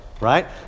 right